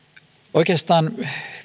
oikeastaan